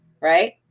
right